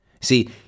See